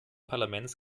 parlaments